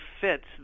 fits